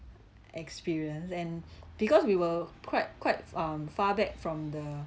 experience and because we were quite quite um far back from the